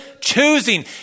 choosing